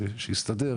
שיסתדר,